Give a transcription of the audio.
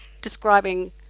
describing